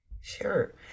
Sure